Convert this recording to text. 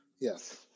Yes